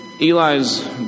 Eli's